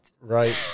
Right